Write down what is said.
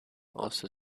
also